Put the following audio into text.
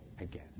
again